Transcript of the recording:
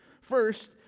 First